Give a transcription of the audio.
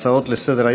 אדוני היושב-ראש,